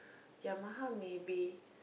Yamaha maybe